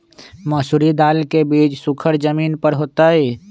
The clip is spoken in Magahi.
मसूरी दाल के बीज सुखर जमीन पर होतई?